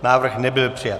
Návrh nebyl přijat.